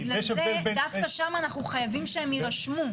ובגלל זה, דווקא שם אנחנו חייבים שהם יירשמו.